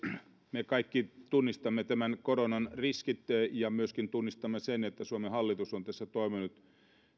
me kaikki tunnistamme koronan riskit ja myöskin tunnistamme sen että suomen hallitus on tässä toiminut